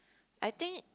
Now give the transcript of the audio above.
I think